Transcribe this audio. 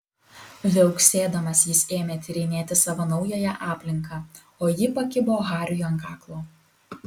viauksėdamas jis ėmė tyrinėti savo naująją aplinką o ji pakibo hariui ant kaklo